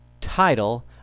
title